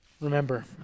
Remember